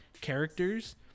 characters